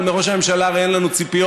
אבל מראש הממשלה הרי אין לנו ציפיות.